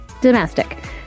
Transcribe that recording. domestic